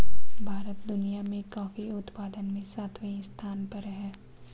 भारत दुनिया में कॉफी उत्पादन में सातवें स्थान पर है